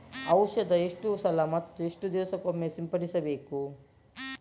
ಔಷಧ ಎಷ್ಟು ಸಲ ಮತ್ತು ಎಷ್ಟು ದಿವಸಗಳಿಗೊಮ್ಮೆ ಸಿಂಪಡಿಸಬೇಕು?